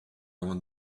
want